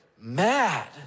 mad